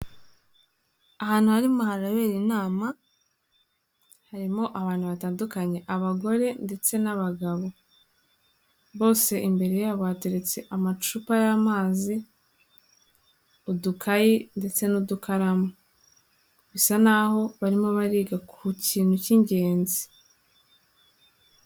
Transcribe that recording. Ahantu harimo harabera inama harimo abantu batandukanye abagore ndetse n'abagabo, bose imbere yabo hateretse amacupa y'amazi, udukayi ndetse n'udukara bisa naho barimo bariga ku kintu cy'ingenzi.